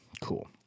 Cool